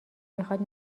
میخواد